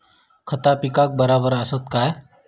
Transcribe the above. खता पिकाक बराबर आसत काय?